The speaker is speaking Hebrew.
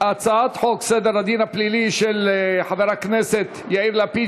הצעת החוק עברה בקריאה טרומית,